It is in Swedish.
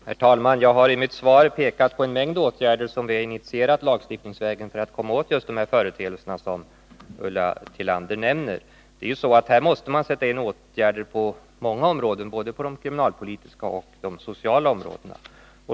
Herr talman! Jag har i mitt svar pekat på en mängd åtgärder som vi har initierat lagstiftningsvägen för att komma åt just de företeelser som Ulla Tillander nämner. Här måste man sätta in åtgärder på många områden, både på de kriminalpolitiska och på de sociala områdena.